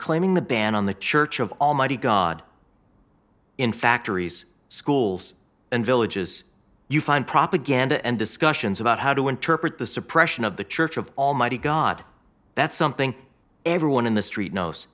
claiming the ban on the church of almighty god in factories schools and villages you find propaganda and discussions about how to interpret the suppression of the church of almighty god that's something everyone in the street knows